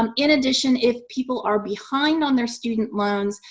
um in addition, if people are behind on their student loans,